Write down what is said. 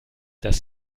das